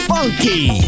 Funky